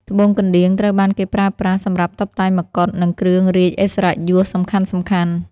ត្បូងកណ្ដៀងត្រូវបានគេប្រើប្រាស់សម្រាប់តុបតែងមកុដ និងគ្រឿងរាជឥស្សរិយយសសំខាន់ៗ។